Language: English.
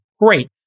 Great